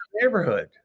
neighborhood